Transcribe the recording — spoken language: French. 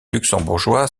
luxembourgeois